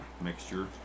Mixture